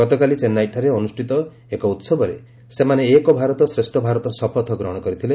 ଗତକାଲି ଚେନ୍ନାଇଠାରେ ଅନୁଷ୍ଠିତ ଏକ ଉସବରେ ସେମାନେ ଏକ୍ ଭାରତ ଶ୍ରେଷ୍ଠ ଭାରତ ଶପଥ ଗ୍ରହଣ କରିଥିଲେ